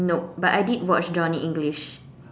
nope but I did watch Johnny English